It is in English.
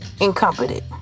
incompetent